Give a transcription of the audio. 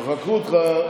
מחקו אותך.